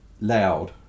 loud